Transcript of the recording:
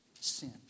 sin